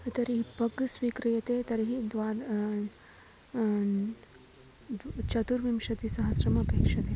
तर्हि पग् स्वीक्रियते तर्हि द्वादश चतुर्विंशतिसहस्रम् अपेक्षते